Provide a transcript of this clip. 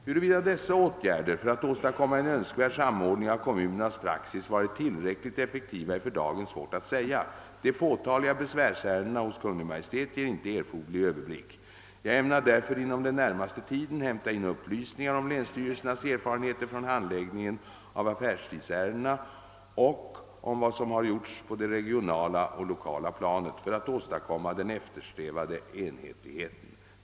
Huruvida dessa åtgärder för att åstadkomma önskvärd samordning av kommunernas praxis varit tillräckligt effektiva är för dagen svårt att säga. De fåtaliga besvärsärendena hos Kungl. Maj:t ger inte erforderlig överblick. Jag ämnar därför inom den närmaste tiden hämta in upplysningar om länsstyrelsernas erfarenheter från handläggningen av affärstidsärendena och om vad som har gjorts på det regionala och lokala planet för att åstadkomma den eftersträvade enhetligheten.